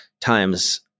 times